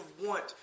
want